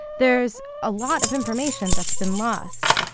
there's a lot of information that's been lost.